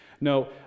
No